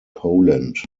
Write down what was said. poland